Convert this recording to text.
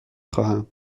خواهم